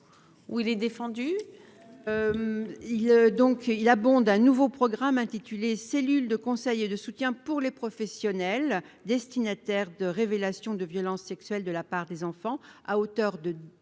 il est défendu il donc il bon un nouveau programme intitulé cellule de conseil et de soutien pour les professionnels, destinataire de révélations de violences sexuelles de la part des enfants à hauteur de